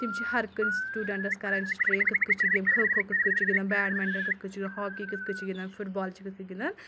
تِم چھِ ہر کُنہِ سٹوٗڈَنٛٹَس کَران یہِ چھِس ٹرَیٚن کِتھ کٔنۍ چھِ گَیم کھو کھو کِتھ کٔٹھۍ چھِ گِنٛدان بَیڈمِنٹَن کِتھ کٔٹھۍ چھِ گِنٛدان ہاکی کِتھ کٔنۍ چھِ گِنٛدان فُٹ بال چھِ کِتھ کٔنۍ گِنٛدان